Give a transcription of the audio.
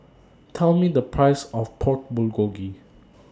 Tell Me The Price of Pork Bulgogi